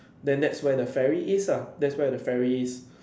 then that's where the ferry is lah that's where the ferry is